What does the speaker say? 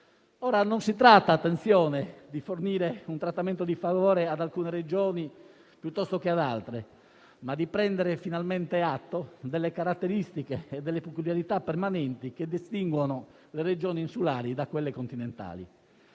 tutti. Si tratta non di fornire un trattamento di favore ad alcune Regioni, piuttosto che ad altre, ma di prendere finalmente atto delle caratteristiche e delle peculiarità permanenti che distinguono le Regioni insulari da quelle continentali.